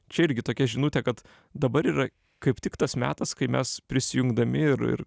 čia irgi tokia žinutė kad dabar yra kaip tik tas metas kai mes prisijungdami ir ir